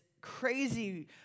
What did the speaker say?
crazy